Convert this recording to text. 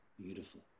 beautiful